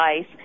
ice